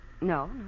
no